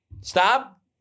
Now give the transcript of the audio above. stop